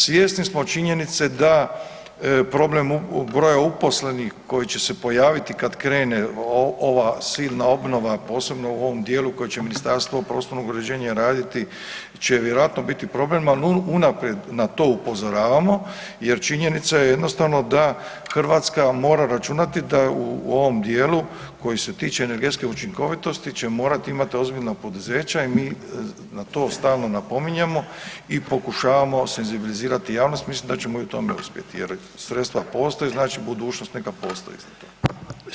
Svjesni smo činjenice da problem broja uposlenih koji će se pojaviti kad krene ova silna obnova, posebno u ovom dijelu koje će Ministarstvo prostornog uređenja raditi će vjerojatno biti problem, ali unaprijed na to upozoravamo jer činjenica je jednostavno da Hrvatska mora računati da u ovom dijelu koji se tiče energetske učinkovitosti će morati imati ozbiljna poduzeća i mi na to stalno napominjemo i pokušavamo senzibilizirati javnost, mislim da ćemo i u tome uspjeti jer, sredstva postoje, znači budućnost neka postoji za to.